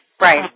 Right